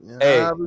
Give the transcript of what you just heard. Hey